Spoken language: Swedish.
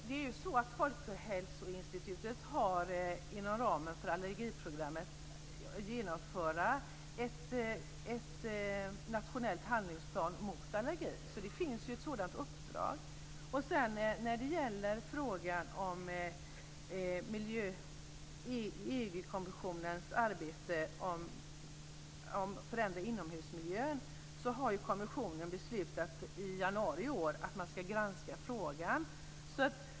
Herr talman! Folkhälsoinstitutet har inom ramen för allergiprogrammet att genomföra en nationell handlingsplan mot allergi. Det finns alltså ett sådant uppdrag. När det sedan gäller EU-kommissionens arbete om förändringar av inomhusmiljön beslutade kommissionen i januari i år att frågan ska granskas.